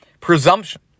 Presumption